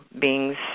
beings